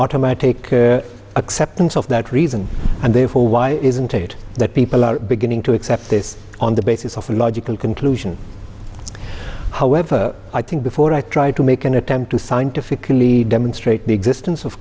automatic acceptance of that reason and therefore why isn't it that people are beginning to accept this on the basis of logical conclusion however i think before i try to make an attempt to scientifically demonstrate the existence of